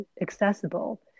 accessible